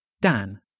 Dan